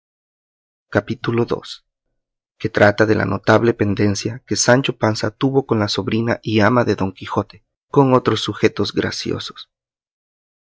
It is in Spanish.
capítulo ii que trata de la notable pendencia que sancho panza tuvo con la sobrina y ama de don quijote con otros sujetos graciosos